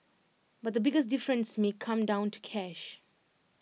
but the biggest difference may come down to cash